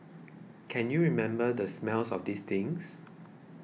can you remember the smell of these things